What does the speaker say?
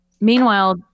Meanwhile